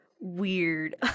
weird